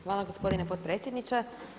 Hvala gospodine potpredsjedniče.